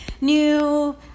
new